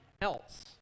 else